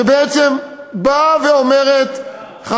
שבעצם באה ואומרת, דוח שושני.